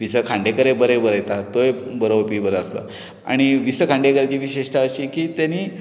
वि स खांडेकरय बरो बरयता तोय बरोवपी बरो आसलो आनी वि स खांडेकराची विशेशताय अशी की ताणी